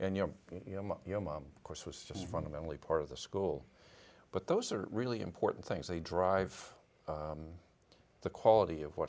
you know you know your mom of course was just fundamentally part of the school but those are really important things they drive the quality of what